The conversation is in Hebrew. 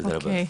תודה רבה.